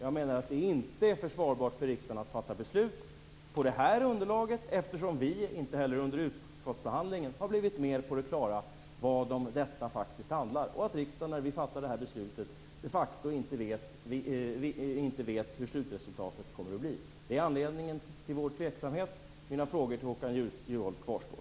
Jag menar att det inte är försvarbart för riksdagen att fatta beslut på det här underlaget, eftersom vi inte heller under utskottsbehandlingen har blivit mer på det klara med vad detta faktiskt handlar om och eftersom riksdagen när vi fattar det här beslutet de facto inte vet hur slutresultatet kommer att bli. Det är anledningen till vår tveksamhet. Mina frågor till Håkan Juholt kvarstår.